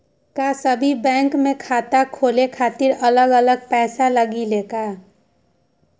का सभी बैंक में खाता खोले खातीर अलग अलग पैसा लगेलि?